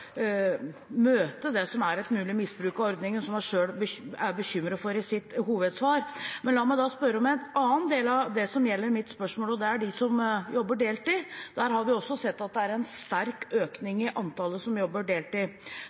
møte det som er et mulig misbruk av ordningen, og som hun selv er bekymret for i sitt hovedsvar. La meg da spørre om en annen del av det som gjelder mitt spørsmål: de som jobber deltid. Vi har også sett at det er en sterk økning i antallet som jobber deltid,